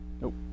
nope